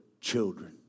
children